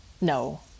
No